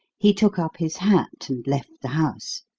he took up his hat and left the house.